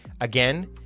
again